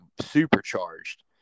supercharged